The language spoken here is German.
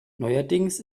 neuerdings